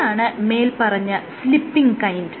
എന്താണ് മേല്പറഞ്ഞ slipping kind